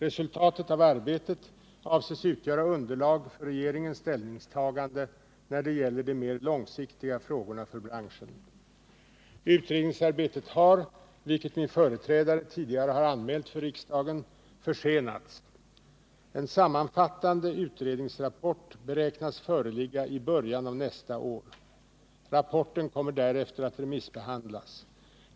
Resultatet av arbetet avses utgöra underlag för regeringens ställningstagande när det gäller de mer långsiktiga frågorna för branschen. Utredningsarbetet har, vilket min företrädare tidigare har anmält för riksdagen, försenats. En sammanfattande utredningsrapport beräknas föreligga i början av nästa år. Rapporten kommer därefter att remissbehandlas.